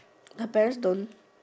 her parents don't